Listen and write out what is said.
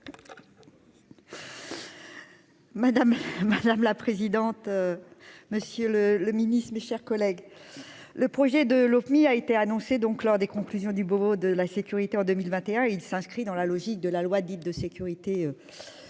madame la présidente, monsieur le le ministre, mes chers collègues, le projet de Love a été annoncée donc lors des conclusions du Beauvau de la sécurité en 2021, il s'inscrit dans la logique de la loi dite de sécurité